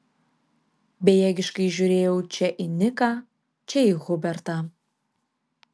bejėgiškai žiūrėjau čia į niką čia į hubertą